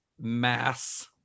mass